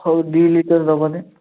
ହେଉ ଦୁଇ ଲିଟର ଦେବନି